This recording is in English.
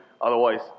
otherwise